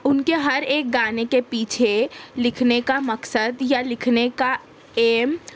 اُن کے ہر ایک گانے کے پیچھے لکھنے کا مقصد یا لکھنے کا ایم